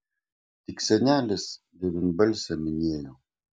tik senelis devynbalsę minėjo